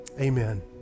amen